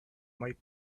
might